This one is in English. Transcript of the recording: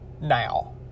Now